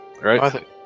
Right